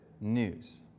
news